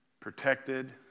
Protected